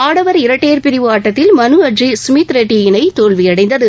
ஆடவர் இரட்டையர் பிரிவு ஆட்டத்தில் மனு அட்ரி சுமித் ரெட்டி இணை தோல்வியடைந்தது